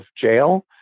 jail